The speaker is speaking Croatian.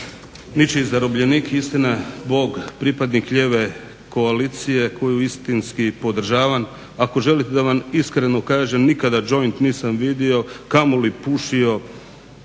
ničiji zarobljenik. Istina Bog pripadnik lijeve koalicije koju istinski podržavam. Ako želite da vam iskreno kažem nikada džoint nisam vidio kamoli pušio,